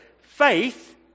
Faith